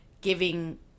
giving